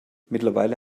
mittlerweile